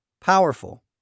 powerful